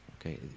Okay